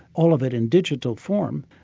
all of it in digital form,